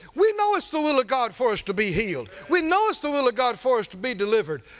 we know it's the will of god for us to be healed, we know it's the will of god for us to be delivered,